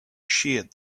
sheared